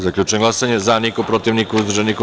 Zaključujem glasanje: za - niko, protiv - niko, uzdržanih - nema.